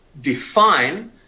define